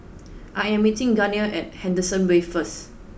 I am meeting Gunnar at Henderson Wave first